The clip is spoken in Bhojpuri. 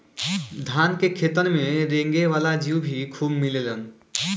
धान के खेतन में रेंगे वाला जीउ भी खूब मिलेलन